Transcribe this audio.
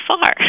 far